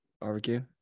barbecue